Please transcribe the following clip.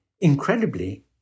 incredibly